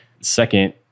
Second